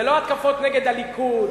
זה לא התקפות נגד הליכוד,